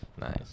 Nice